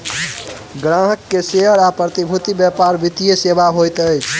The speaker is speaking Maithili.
ग्राहक के शेयर आ प्रतिभूति व्यापार वित्तीय सेवा होइत अछि